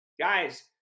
Guys